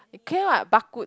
okay what Bak Kut